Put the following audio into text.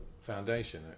foundation